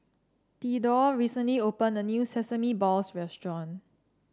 Thedore recently opened a new Sesame Balls restaurant